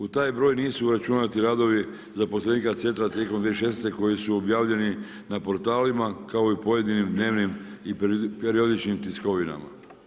U taj broj nisu uračunati radovi zaposlenika centra 2016. koji su objavljeni na portalima kao i pojedinim dnevnim i periodičnim tiskovinama.